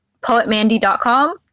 poetmandy.com